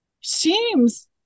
seems